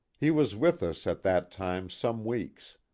he was with us at that time some weeks.